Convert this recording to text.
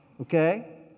Okay